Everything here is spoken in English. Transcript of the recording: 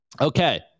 Okay